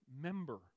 member